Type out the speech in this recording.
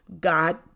God